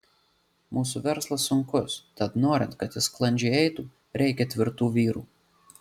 mūsų verslas sunkus tad norint kad jis sklandžiai eitų reikia tvirtų vyrų